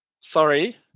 Sorry